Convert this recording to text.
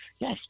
yes